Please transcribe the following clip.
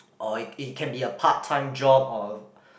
or it it can be a part time job or